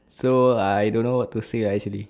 so I don't know what to say ah actually